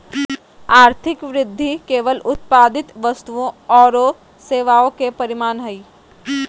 आर्थिक वृद्धि केवल उत्पादित वस्तुओं औरो सेवाओं के परिमाण हइ